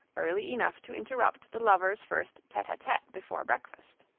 early enough to interrupt the lovers' first tete-a-tete before breakfast.